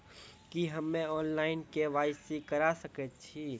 की हम्मे online, KYC करा सकैत छी?